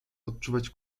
odczuwać